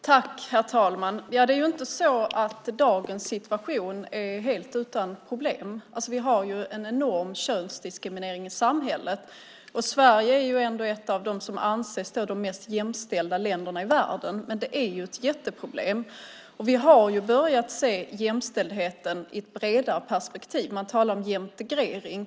Herr talman! Det är ju inte så att dagens situation är helt utan problem. Vi har en enorm könsdiskriminering i samhället. Sverige anses ändå vara ett av de mest jämställda länderna i världen, men det här är ett jätteproblem. Vi har börjat se jämställdheten ur ett bredare perspektiv. Man talar om "jämtegrering".